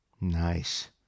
Nice